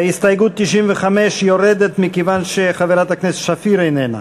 הסתייגות מס' 95 יורדת, חברת הכנסת שפיר איננה.